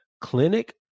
clinic